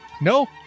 no